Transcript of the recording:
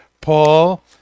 Paul